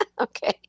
Okay